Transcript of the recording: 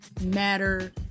matter